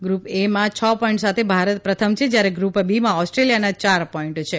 ગ્રપ A માં છ point સાથે ભારત પ્રથમ છે જયારે ગ્રુપ બી માં ઓસ્રેકોલિયાના યાર પોઇન્ટ છે